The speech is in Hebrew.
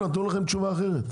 הם נתנו לכם תשובה אחרת.